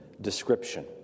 description